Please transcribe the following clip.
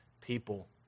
people